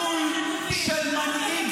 --- החטופים --- נאום חלול של מנהיג